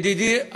ידידי,